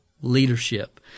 leadership